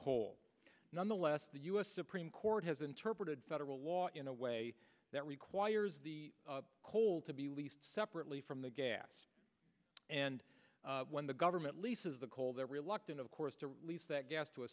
coal nonetheless the us supreme court has interpreted federal law in a way that requires the coal to be leased separately from the gas and when the government leases the coal they're reluctant of course to lease that gas to a